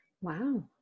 Wow